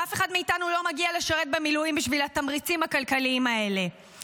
ואף אחד מאיתנו לא מגיע לשרת במילואים בשביל התמריצים הכלכליים האלה.